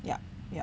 yup yup